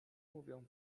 mówią